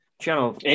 Channel